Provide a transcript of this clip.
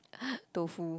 tofu